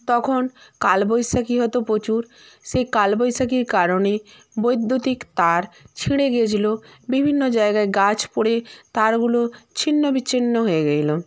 তখন কালবৈশাখী হতো প্রচুর সেই কালবৈশাখীর কারণে বৈদ্যুতিক তার ছিঁড়ে গেছিলো বিভিন্ন জায়গায় গাছ পড়ে তারগুলো ছিন্ন বিচ্ছিন্ন হয়ে গেছিলো